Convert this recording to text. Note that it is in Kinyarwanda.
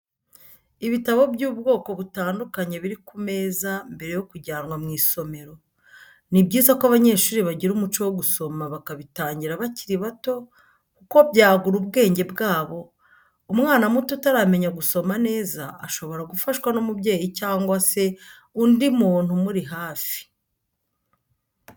Ibitabo by'ubwoko butandukanye biri ku meza mbere yo kujyanwa mw'isomero, ni byiza ko abanyeshuri bagira umuco wo gusoma bakabitangira bakiri bato kuko byagura ubwenge bwabo, umwana muto utaramenya gusoma neza shobora gufashwa n'umubyeyi cyangwa se undi muntu umuri hafi.